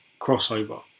crossover